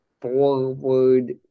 forward